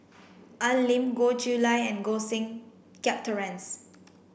Al Lim Goh Chiew Lye and Koh Seng Kiat Terence